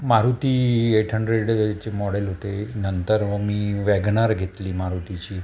Maruti eight हंड्रेडचे model होते नंतर मी वॅगनार घेतली मारुतीची